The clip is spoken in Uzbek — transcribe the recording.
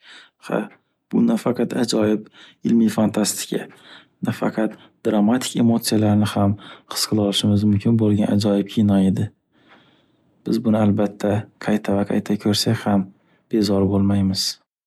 Ha, bu nafaqat ajoyib ilmiy fantastika, nafaqat dramatik emotsiyalarni his qila olishimiz mumkin bo’lgam ajoyib kino edi. Biz buni albatta qayta va qayta ko’rsak ham bezor bo’lmaymiz.